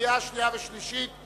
לקריאה שנייה ולקריאה שלישית.